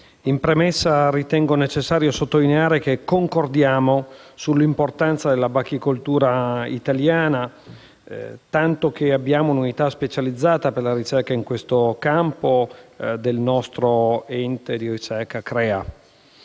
in premessa ritengo necessario sottolineare che concordiamo sull'importanza della bachicoltura italiana, tanto che abbiamo un'unità specializzata per la ricerca in questo campo del nostro ente di ricerca (CREA).